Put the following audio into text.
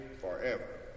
forever